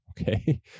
Okay